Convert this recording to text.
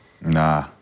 Nah